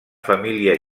família